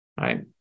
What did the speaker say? right